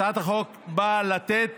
הצעת החוק באה לתת